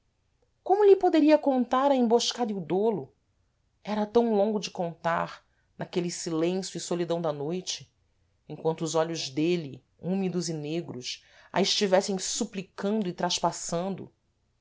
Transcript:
como lhe poderia contar a emboscada e o dolo era tam longo de contar naquele silêncio e solidão da noite emquanto os olhos dêle húmidos e negros a estivessem suplicando e